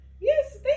yes